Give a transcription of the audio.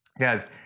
Guys